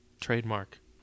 Trademark